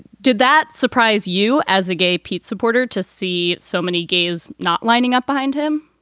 did that surprise you as a gay pete supporter, to see so many gays not lining up behind him?